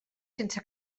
sense